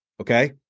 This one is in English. okay